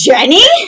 Jenny